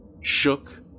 shook